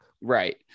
Right